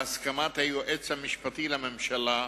בהסכמת היועץ המשפטי לממשלה,